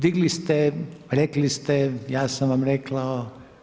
Digli ste, rekli ste, ja sam vam rekao.